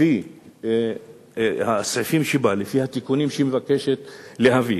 לפי הסעיפים שבה, לפי התיקונים שהיא מבקשת להביא,